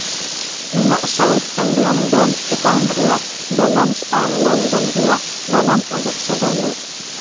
ᱤᱧᱟᱹᱜ South Indian bank account ᱨᱮᱭᱟᱜ balance ᱟᱨ ᱞᱮᱱᱫᱮᱱ ᱨᱮᱭᱟᱜ ᱱᱟᱜᱟᱢ ᱩᱫᱩᱜ ᱥᱚᱫᱚᱨ ᱢᱮ